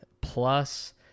Plus